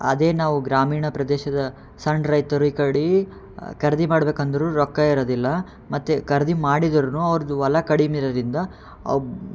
ಅದೇ ನಾವು ಗ್ರಾಮೀಣ ಪ್ರದೇಶದ ಸಣ್ಣ ರೈತರು ಈ ಕಡೆ ಖರೀದಿ ಮಾಡ್ಬೇಕು ಅಂದರೂ ರೊಕ್ಕ ಇರೋದಿಲ್ಲ ಮತ್ತು ಖರೀದಿ ಮಾಡಿದ್ರೂ ಅವ್ರದ್ದು ಹೊಲ ಕಡಿಮೆ ಇರೋದರಿಂದ